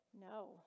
No